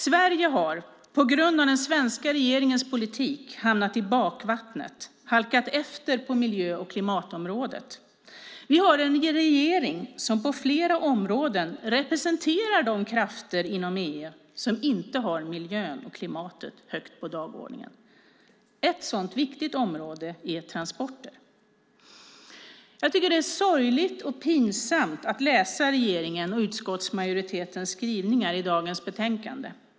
Sverige har på grund av den svenska regeringens politik hamnat i bakvattnet, halkat efter på miljö och klimatområdet. Vi har en regering som på flera områden representerar de krafter inom EU som inte har miljön och klimatet högt på dagordningen. Ett sådant viktigt område är transporter. Jag tycker att det är sorgligt och pinsamt att läsa regeringens och utskottsmajoritetens skrivningar i dagens betänkande.